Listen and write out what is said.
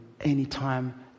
anytime